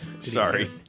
Sorry